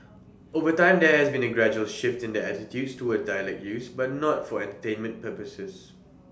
over time there has been A gradual shift in attitudes towards dialect use but not for entertainment purposes